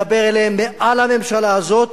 דבר אליהם מעל הממשלה הזאת,